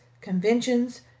conventions